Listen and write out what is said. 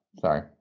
sorry